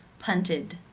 punted,